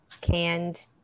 canned